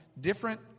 different